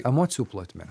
emocijų plotmė